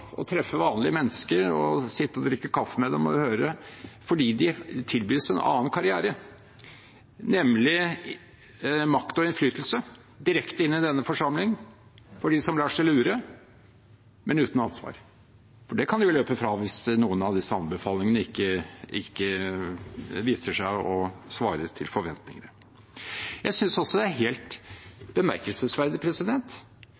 drikke kaffe med dem og høre, fordi de tilbys en annen karriere, nemlig makt og innflytelse direkte inn i denne forsamling – for dem som lar seg lure – men uten ansvar. For det kan de jo løpe fra hvis noen av disse anbefalingene ikke viser seg å svare til forventningene. Jeg synes også det er helt